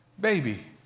baby